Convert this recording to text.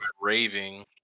raving